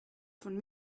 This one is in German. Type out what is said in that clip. von